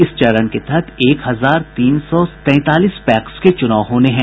इस चरण के तहत एक हजार तीन सौ तैंतालीस पैक्स के चुनाव होने हैं